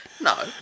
No